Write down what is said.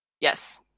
Yes